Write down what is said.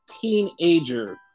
teenager